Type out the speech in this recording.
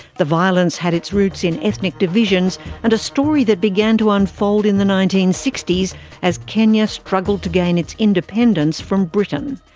the violence had its roots in ethnic divisions and a story that began to unfold in the nineteen sixty s as kenya struggled to gain its independence from britain.